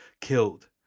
killed